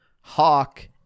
Hawk